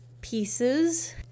pieces